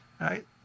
Right